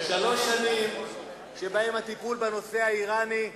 שלוש שנים שהטיפול בנושא האירני,